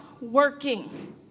working